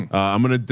i'm going to,